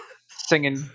singing